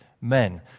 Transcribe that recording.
men